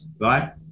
right